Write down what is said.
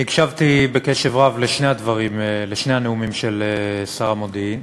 אני הקשבתי בקשב רב לשני הנאומים של שר המודיעין.